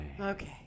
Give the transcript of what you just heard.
Okay